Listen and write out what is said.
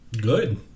Good